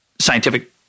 scientific